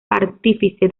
artífice